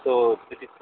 त्यो